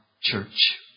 church